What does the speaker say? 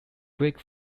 greek